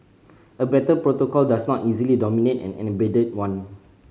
a better protocol does not easily dominate an embedded one